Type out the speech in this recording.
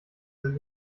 sind